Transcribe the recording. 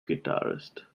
guitarist